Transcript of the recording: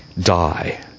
die